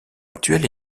actuel